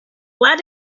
let